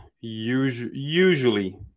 usually